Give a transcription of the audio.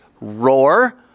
roar